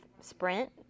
sprint